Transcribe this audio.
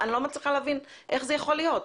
אני לא מצליחה להבין איך זה יכול להיות.